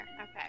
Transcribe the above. okay